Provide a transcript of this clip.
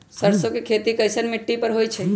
सरसों के खेती कैसन मिट्टी पर होई छाई?